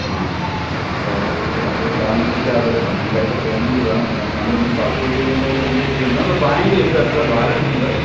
ആ അപ്പോൾ അത് അധികം താമസിക്കാതെ അത് നമുക്ക് അതിൻ്റെ പെയ്മെൻറ്റ് വേണം അത് നമ്മളിനി പർച്ചേഴ്സ് ചെയ്യുന്നതിന് മുന്നേ നമുക്ക് ചെയ്യണം നമ്മളെ ബാങ്കിലിപ്പോൾ എത്ര ബാലൻസുണ്ട്